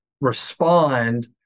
respond